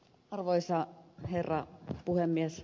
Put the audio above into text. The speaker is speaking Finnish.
arvoisa herra puhemies